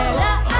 love